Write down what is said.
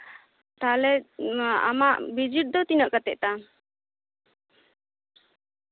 ᱛᱟᱞᱦᱮ ᱟᱢᱟᱜ ᱵᱷᱤᱡᱤᱴ ᱫᱚ ᱛᱤᱱᱟᱹᱜ ᱠᱟᱛᱮ ᱛᱟᱢ